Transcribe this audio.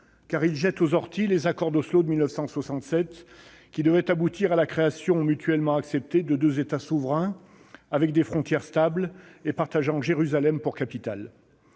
car il jette aux orties les accords d'Oslo de 1993, qui devaient aboutir à la création mutuellement acceptée de deux États souverains, avec des frontières stables et Jérusalem pour capitale